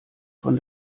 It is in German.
von